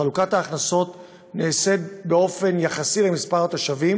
חלוקת הכנסות נעשית באופן יחסי למספר התושבים